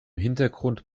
hintergrund